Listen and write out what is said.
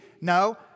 No